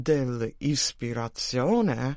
Dell'ispirazione